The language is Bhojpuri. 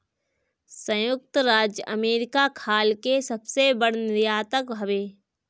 संयुक्त राज्य अमेरिका खाल के सबसे बड़ निर्यातक हवे